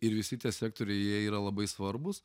ir visi tie sektoriai jie yra labai svarbūs